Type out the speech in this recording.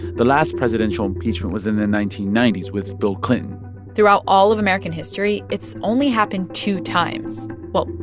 the last presidential impeachment was in the nineteen ninety s with bill clinton throughout all of american history, it's only happened two times well,